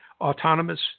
autonomous